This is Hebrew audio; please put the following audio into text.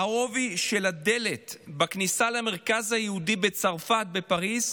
העובי של הדלת בכניסה למרכז היהודי בצרפת, בפריז,